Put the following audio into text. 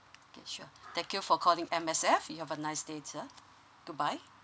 okay sure thank you for calling M_S_F you'll have a nice day sir good bye